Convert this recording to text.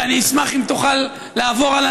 "טענו חיטין והודה בשעורין".